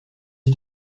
het